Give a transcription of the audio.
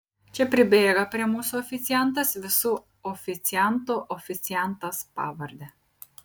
čia pribėga prie mūsų oficiantas visų oficiantų oficiantas pavarde